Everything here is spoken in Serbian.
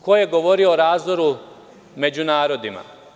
Ko je govorio o razdoru među narodima?